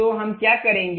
तो हम क्या करेंगे